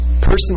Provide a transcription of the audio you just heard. person